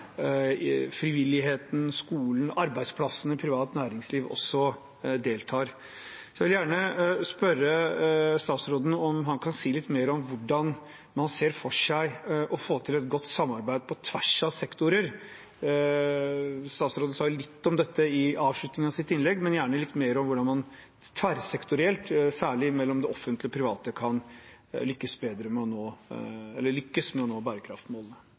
deltar. Så jeg vil gjerne spørre statsråden om han kan si litt mer om hvordan man ser for seg å få til et godt samarbeid på tvers av sektorer. Statsråden sa litt om dette i avslutningen av sitt innlegg, men gjerne litt mer om hvordan man tverrsektorielt, særlig mellom det offentlige og private, kan lykkes med å nå